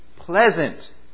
Pleasant